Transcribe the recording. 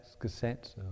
cassettes